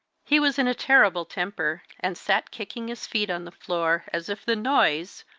he was in a terrible temper, and sat kicking his feet on the floor, as if the noise,